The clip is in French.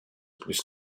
plus